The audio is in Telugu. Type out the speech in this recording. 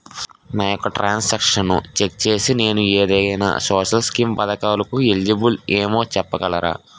నా యెక్క ట్రాన్స్ ఆక్షన్లను చెక్ చేసి నేను ఏదైనా సోషల్ స్కీం పథకాలు కు ఎలిజిబుల్ ఏమో చెప్పగలరా?